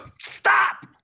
stop